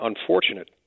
unfortunate